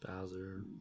bowser